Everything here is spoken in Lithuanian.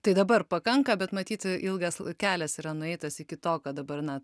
tai dabar pakanka bet matyt ilgas kelias yra nueitas iki to kad dabar na